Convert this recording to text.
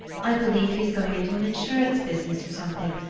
i believe he's going into an insurance business, or something.